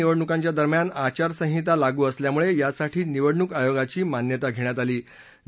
लोकसभा निवडणुकांच्या दरम्यान आचारसंहिता लागू असल्यामुळे यासाठी निवडणूक आयोगाची मान्यता घेण्यात आली आहे